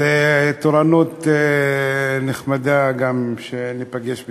זו תורנות נחמדה, גם שניפגש ביחד.